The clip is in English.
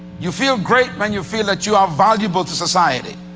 you feel great when you feel that you are valuable to society.